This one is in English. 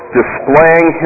displaying